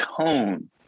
tone